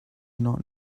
not